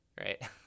right